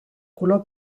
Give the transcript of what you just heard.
color